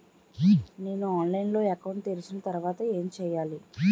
నేను ఆన్లైన్ లో అకౌంట్ తెరిచిన తర్వాత ఏం చేయాలి?